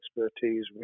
expertise